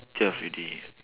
twelve already